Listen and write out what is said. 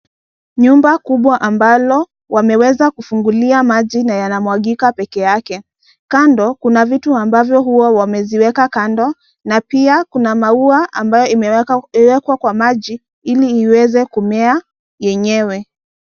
Nyumba kubwa ambalo wameweza kufungulia maji na yanamwagika peke yake, kando kuna vitu ambavyo huwa wameziweka kando na pia kuna maua ambayo imeweka kwa maji ili iweze kumea yenyewe.